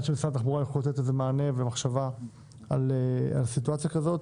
שמשרד התחבורה יוכל לתת מענה ומחשבה על סיטואציה כזאת